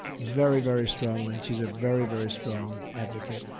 very, very strongly. and she's a very, very strong advocate.